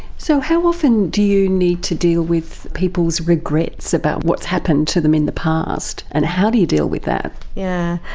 so how often do you need to deal with people's regrets about what's happened to them in the past, and how do you deal with that? yeah